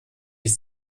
ist